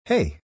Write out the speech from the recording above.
Hey